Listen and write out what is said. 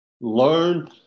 Learn